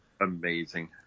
amazing